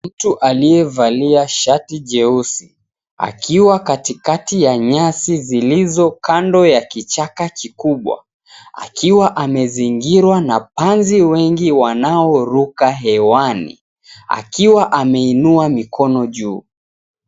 Mtu aliyevalia shati jeusi akiwa katikati ya nyasi zilizokando ya kichaka kikubwa , akiwa amezingirwa na panzi wengi wanaoruka hewani akiwa ameinua mikono ju.